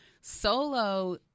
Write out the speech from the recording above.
solo